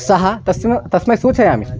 सः तस् तस्मै सूचयामि